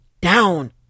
down